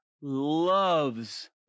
loves